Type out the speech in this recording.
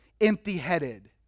empty-headed